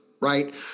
right